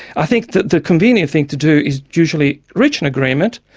i think the the convenient thing to do is usually reach an agreement.